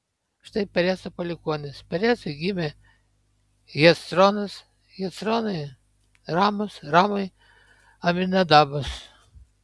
štai pereco palikuonys perecui gimė hecronas hecronui ramas ramui aminadabas